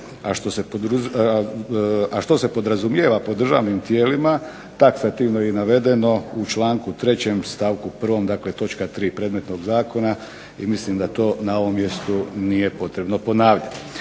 a što se podrazumijeva pod državnim tijelima taksativno je navedeno u članku 3. stavku 1., dakle točka 3. predmetnog zakona i mislim da to na ovom mjestu nije potrebno ponavljati.